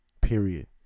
Period